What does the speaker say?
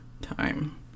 time